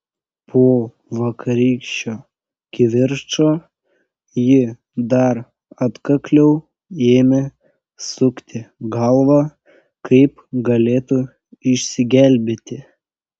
po vakarykščio kivirčo ji dar atkakliau ėmė sukti galvą kaip galėtų išsigelbėti